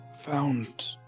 found